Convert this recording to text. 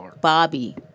Bobby